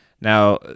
Now